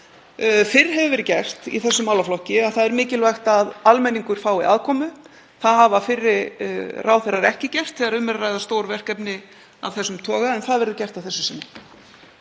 fyrr hefur verið gert í þessum málaflokki, að það sé mikilvægt að almenningur fái aðkomu. Það hafa fyrri ráðherrar ekki gert þegar um er að ræða stór verkefni af þessum toga en það verður gert að þessu sinni.